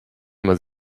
m’as